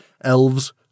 elves